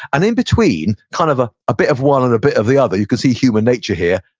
and in between, kind of ah a bit of one and a bit of the other, you can see human nature here,